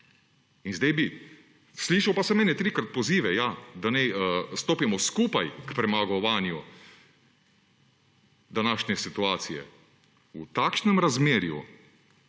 desničarji. Slišal pa sem ene trikrat pozive, da naj stopimo skupaj k premagovanju današnje situacije. V takšnem razmerju